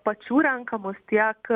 pačių renkamus tiek